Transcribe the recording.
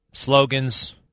Slogans